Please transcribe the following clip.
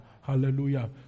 Hallelujah